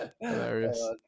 Hilarious